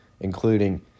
including